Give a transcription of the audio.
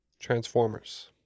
Transformers